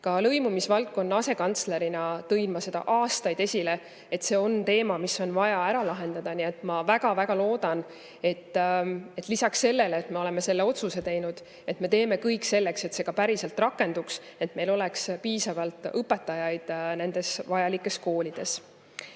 Ka lõimumisvaldkonna asekantslerina tõin ma seda aastaid esile, et see on teema, mis on vaja ära lahendada. Nii et ma väga-väga loodan, et lisaks sellele, et me oleme selle otsuse teinud, me teeme kõik selleks, et see ka päriselt rakenduks, et meil oleks piisavalt õpetajaid nendes vajalikes koolides.